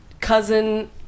cousin